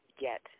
get